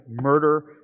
murder